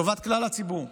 לטובת כלל הציבור.